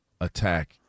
attack